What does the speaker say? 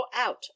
out